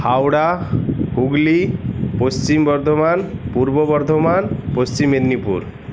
Howrah Hooghly Paschim Bardhaman Purba Bardhaman Paschim Medinipur